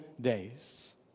days